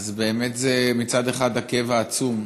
אז זה מצד אחד הכאב העצום